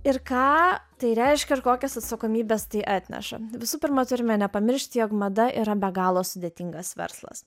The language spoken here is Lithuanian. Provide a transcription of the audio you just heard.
ir ką tai reiškia ir kokias atsakomybes tai atneša visų pirma turime nepamiršti jog mada yra be galo sudėtingas verslas